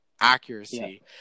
accuracy